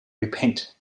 repent